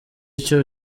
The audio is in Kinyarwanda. icyo